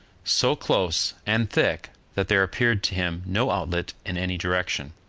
so close and thick that there appeared to him no outlet in any direction.